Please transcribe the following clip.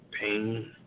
pain